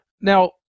Now